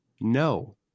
No